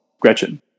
Gretchen